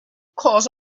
because